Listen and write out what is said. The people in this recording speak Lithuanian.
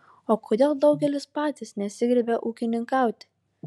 o kodėl daugelis patys nesigriebia ūkininkauti